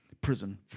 prison